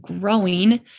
growing